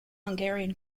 hungarian